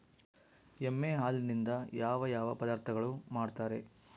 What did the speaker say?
ಎಮ್ಮೆ ಹಾಲಿನಿಂದ ಯಾವ ಯಾವ ಪದಾರ್ಥಗಳು ಮಾಡ್ತಾರೆ?